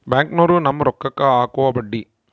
ಬ್ಯಾಂಕ್ನೋರು ನಮ್ಮ್ ರೋಕಾಕ್ಕ ಅಕುವ ಬಡ್ಡಿ